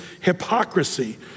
hypocrisy